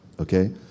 Okay